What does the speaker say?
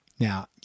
Now